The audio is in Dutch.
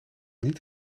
niet